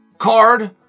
card